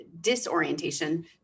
disorientation